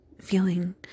feeling